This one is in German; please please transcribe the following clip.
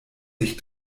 sich